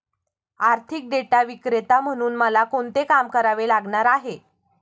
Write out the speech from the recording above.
आर्थिक डेटा विक्रेता म्हणून मला कोणते काम करावे लागणार आहे?